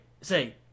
say